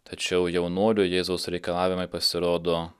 tačiau jaunuoliui jėzaus reikalavimai pasirodo